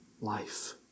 life